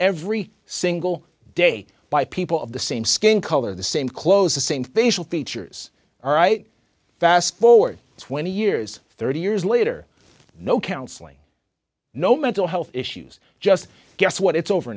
every single day by people of the same skin color the same clothes the same facial features all right fast forward twenty years thirty years later no counseling no mental health issues just guess what it's over